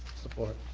support.